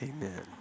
amen